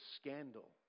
scandal